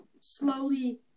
slowly